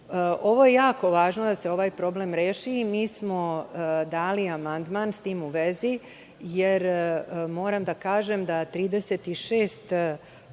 je jako važno da se ovaj problem reši. Dali smo amandman s tim u vezi, jer moram da kažem da 36%